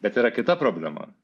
bet yra kita problema